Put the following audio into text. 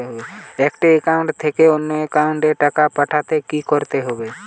একটি একাউন্ট থেকে অন্য একাউন্টে টাকা পাঠাতে কি করতে হবে?